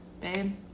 babe